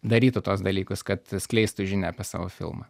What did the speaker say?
darytų tuos dalykus kad skleistų žinią apie savo filmą